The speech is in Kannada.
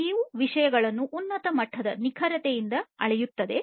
ಇವು ವಿಷಯಗಳನ್ನು ಉನ್ನತ ಮಟ್ಟದ ನಿಖರತೆಯಿಂದ ಅಳೆಯುತ್ತದೆ